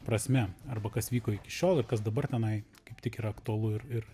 prasme arba kas vyko iki šiol ir kas dabar tenai kaip tik yra aktualu ir ir